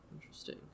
interesting